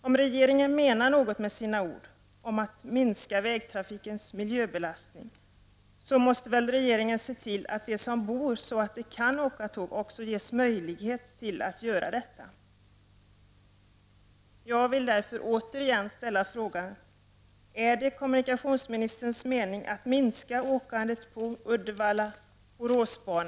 Om regeringen menar något med sina ord om att minska vägtrafikens miljöbelastande effekter, då måste regeringen se till att de som bor så att de kan åka tåg också ges möjligheter att göra det. Jag vill därför på nytt ställa frågan: Är det kommunikationsministerns mening att minska järnvägsåkandet på Uddevalla-Borås-banan?